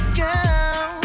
girl